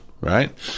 Right